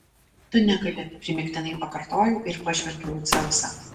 tu negali primygtinai pakartojau ir pažvelgiau į dzeusą